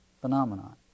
phenomenon